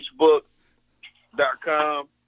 Facebook.com